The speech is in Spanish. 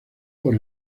por